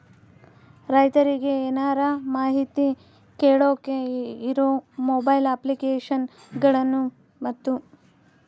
ರೈತರಿಗೆ ಏನರ ಮಾಹಿತಿ ಕೇಳೋಕೆ ಇರೋ ಮೊಬೈಲ್ ಅಪ್ಲಿಕೇಶನ್ ಗಳನ್ನು ಮತ್ತು?